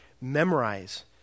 Memorize